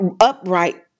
upright